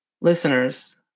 listeners